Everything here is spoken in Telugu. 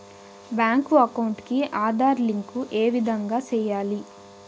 బ్యాంకు అకౌంట్ కి ఆధార్ లింకు ఏ విధంగా సెయ్యాలి?